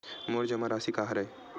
मोर जमा राशि का हरय?